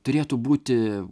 turėtų būti